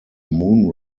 moon